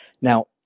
now